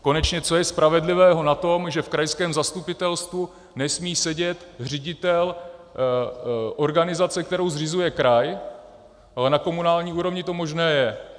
Konečně co je spravedlivého na tom, že v krajském zastupitelstvu nesmí sedět ředitel organizace, kterou zřizuje kraj, ale na komunální úrovni to možné je?